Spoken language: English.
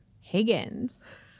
Higgins